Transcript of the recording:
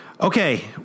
Okay